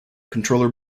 controller